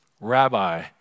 Rabbi